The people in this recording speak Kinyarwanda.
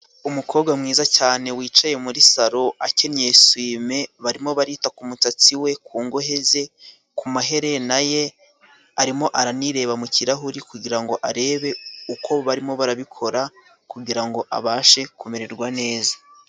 Umukobwa mwiza cyane wicaye muri saro. Akenyeye sime barimo barita ku musatsi we, ku ngohe ze, ku maherena ye, arimo aranireba mu kirahuri kugirango arebe uko barimo barabikora kugirango abashe kumererwa neza.